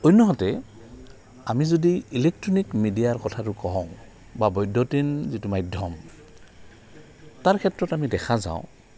অন্যহাতে আমি যদি ইলেকট্ৰনিক মিডিয়াৰ কথাটো কওঁ বা বৈদ্যুতিন যিটো মাধ্যম তাৰ ক্ষেত্ৰত আমি দেখা পাওঁ